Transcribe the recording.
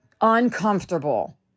uncomfortable